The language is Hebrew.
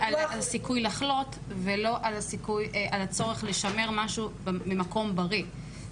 מדברים על הסיכוי לחלות ולא על הצורך לשמר משהו ממקום בריא?